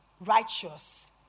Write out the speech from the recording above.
righteous